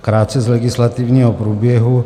Krátce z legislativního průběhu.